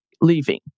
leaving